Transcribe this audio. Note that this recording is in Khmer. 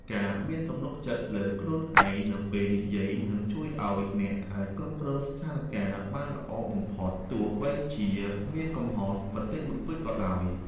ការមានទំនុកចិត្តលើខ្លួនឯងនៅពេលនិយាយនឹងជួយឱ្យអ្នកអាចគ្រប់គ្រងស្ថានការណ៍បានល្អបំផុតទោះបីជាមានកំហុសបន្តិចបន្តួចក៏ដោយ។